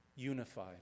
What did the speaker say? unified